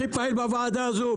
הכי פעיל בוועדה הזו,